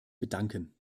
bedanken